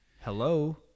Hello